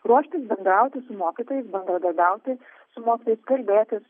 ruošti bendrauti su mokytojais bendradarbiauti su mokytojais kalbėtis